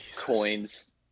coins